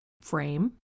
frame